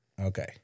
Okay